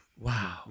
wow